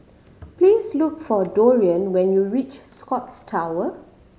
please look for Dorian when you reach The Scotts Tower